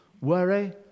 worry